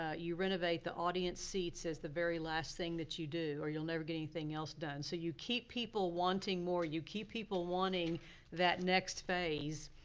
ah you renovate the audience seats as the very last thing that you do, or you'll never get anything else done. so you keep people wanting more, you keep people wanting that next phase